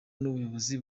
n’ubuyobozi